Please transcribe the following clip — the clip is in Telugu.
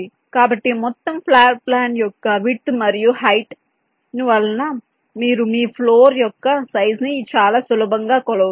కాబట్టి మొత్తం ఫ్లోర్ ప్లాన్ యొక్క విడ్త్ మరియు హైట్ ను వలన మీరు మీ ఫ్లోర్ యొక్క సైజ్ ని చాలా సులభంగా కొలవవచ్చు